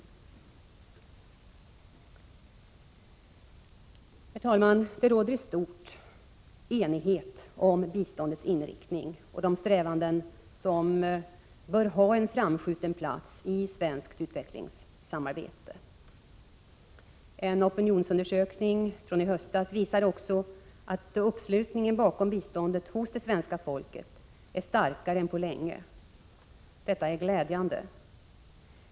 Herr talman! Det råder stor enighet om biståndets inriktning och de strävanden som bör ha en framskjuten plats i svenskt utvecklingssamarbete. En opinionsundersökning från i höstas visar också att uppslutningen bakom biståndet hos det svenska folket är starkare än på länge. Detta är glädjande.